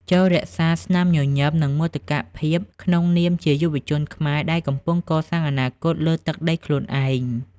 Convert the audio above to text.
ចូររក្សាស្នាមញញឹម និងមោទកភាពក្នុងនាមជាយុវជនខ្មែរដែលកំពុងកសាងអនាគតលើទឹកដីខ្លួនឯង។